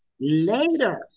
later